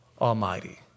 Almighty